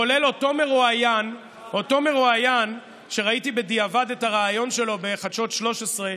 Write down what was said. כולל אותו מרואיין שראיתי בדיעבד את הריאיון שלו בחדשות 13,